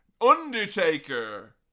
Undertaker